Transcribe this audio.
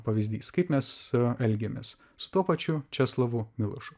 pavyzdys kaip mes elgiamės su tuo pačiu česlovu milošu